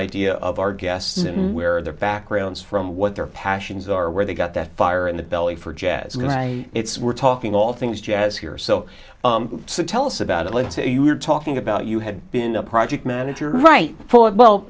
idea of our guests in where their backgrounds from what their passions are where they got that fire in the belly for jazz and i it's we're talking all things jazz here so tell us about it let's say you were talking about you had been a project manager right well